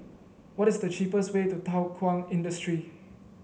what is the cheapest way to Thow Kwang Industry